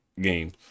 game